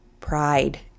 pride